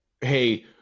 Hey